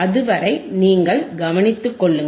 அதுவரை நீங்கள் கவனித்துக் கொள்ளுங்கள்